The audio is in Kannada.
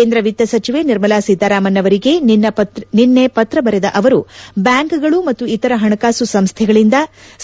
ಕೇಂದ್ರ ವಿತ್ತ ಸಚಿವೆ ನಿರ್ಮಲಾ ಸಿತಾರಾಮನ್ ಅವರಿಗೆ ನಿನ್ನೆ ಪತ್ರ ಬರೆದ ಅವರು ಬ್ವಾಂಕ್ಗಳು ಮತ್ತು ಇತರ ಹಣಕಾಸು ಸಂಸ್ಲೆಗಳಿಂದ